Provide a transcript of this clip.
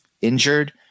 injured